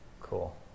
cool